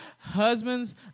Husbands